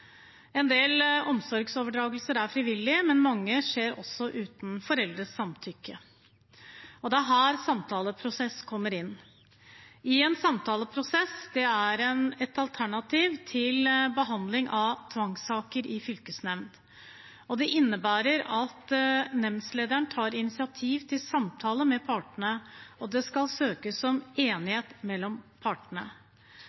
En del omsorgsoverdragelser er frivillige, men mange skjer også uten foreldrenes samtykke. Det er her samtaleprosess kommer inn. En samtaleprosess er et alternativ til behandling av tvangssaker i fylkesnemndene og innebærer at nemndlederen tar initiativ til samtaler med partene. Det skal søkes